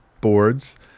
boards